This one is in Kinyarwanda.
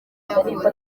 yavutse